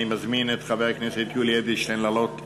אני מזמין את חבר הכנסת יולי אדלשטיין לעלות למעלה.